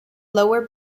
lower